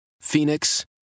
Phoenix